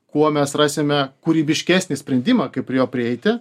kuo mes rasime kūrybiškesnį sprendimą kaip prie jo prieiti